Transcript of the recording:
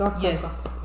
Yes